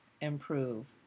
improve